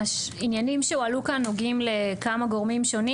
העניינים שהועלו כאן נוגעים לכמה גורמים שונים